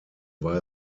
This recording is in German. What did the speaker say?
war